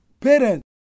Parents